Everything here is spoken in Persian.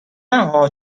نهها